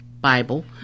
Bible